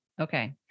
Okay